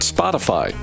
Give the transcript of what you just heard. Spotify